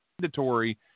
mandatory